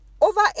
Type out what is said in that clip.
over